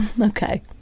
Okay